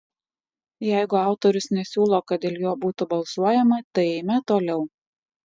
jeigu autorius nesiūlo kad dėl jo būtų balsuojama tai eime toliau